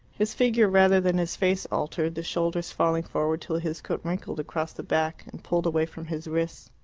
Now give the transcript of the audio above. his figure rather than his face altered, the shoulders falling forward till his coat wrinkled across the back and pulled away from his wrists.